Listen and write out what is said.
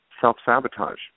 self-sabotage